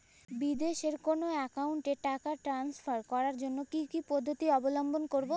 বিদেশের কোনো অ্যাকাউন্টে টাকা ট্রান্সফার করার জন্য কী কী পদ্ধতি অবলম্বন করব?